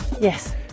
Yes